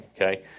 Okay